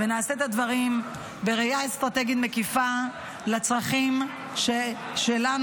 ונעשה את הדברים בראייה אסטרטגית מקיפה של הצרכים שלנו,